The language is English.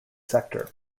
sector